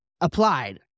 applied